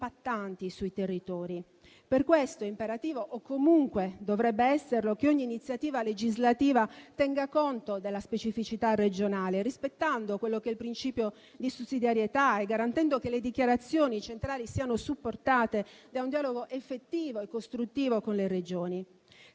sui territori. Per questo è imperativo, o comunque dovrebbe esserlo, che ogni iniziativa legislativa tenga conto della specificità regionale, rispettando il principio di sussidiarietà e garantendo che le dichiarazioni centrali siano supportate da un dialogo effettivo e costruttivo con le Regioni.